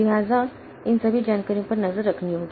लिहाजा इन सभी जानकारियों पर नजर रखनी होगी